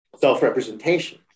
self-representation